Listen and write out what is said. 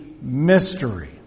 mystery